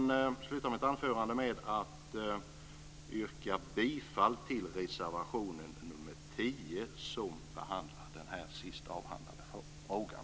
Jag vill sluta mitt anförande med att yrka bifall till reservation nr 10, som behandlar den sist avhandlade frågan.